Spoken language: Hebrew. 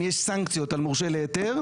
אם יש סנקציות על מורשה להיתר,